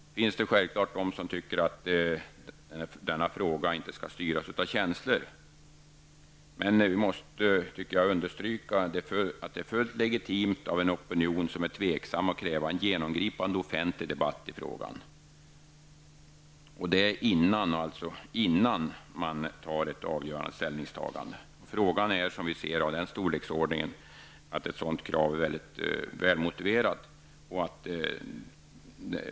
Det finns sjävfallet de som tycker att denna fråga inte skall styras av känslor. Men vi måste understryka att det är fullt legitimt av en opinion som är tveksamt att kräva en genomgripande offentlig debatt i frågan, innan man tar någon avgörande ställning. Frågan är, som vi ser det, av den storleksordningen att ett sådant krav är väl motiverat.